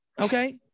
Okay